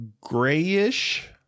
grayish